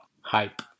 hype